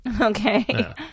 Okay